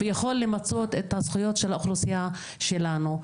ויכול למצות את הזכויות של האוכלוסייה שלנו.